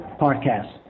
Podcast